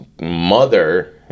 mother